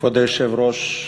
כבוד היושב-ראש,